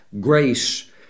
Grace